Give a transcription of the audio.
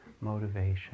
motivation